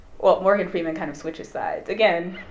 well, morgan freeman kind of switches sides, again,